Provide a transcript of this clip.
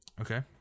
Okay